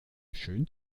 schön